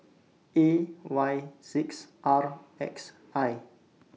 A Y six R X I